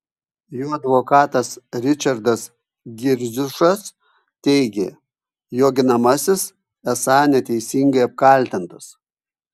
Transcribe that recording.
jo advokatas ričardas girdziušas teigė jo ginamasis esą neteisingai apkaltintas